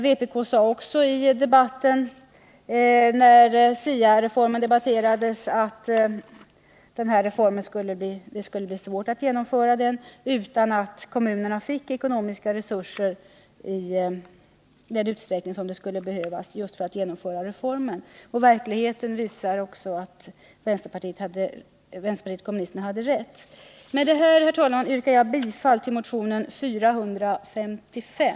Vänsterpartiet kommunisterna sade också i debatten om SIA-reformen att det skulle bli svårt att genomföra den om kommunerna inte fick ekonomiska resurser för dess genomförande. Verkligheten har visat att vänsterpartiet kommunisterna hade rätt. Med detta, herr talman, yrkar jag bifall till motionen 455.